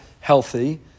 healthy